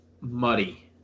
muddy